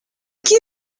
qui